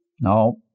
No